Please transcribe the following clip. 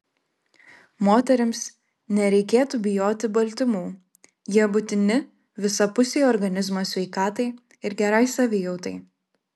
moterims nereikėtų bijoti baltymų jie būtini visapusei organizmo sveikatai ir gerai savijautai